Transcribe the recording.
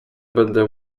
będę